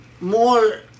more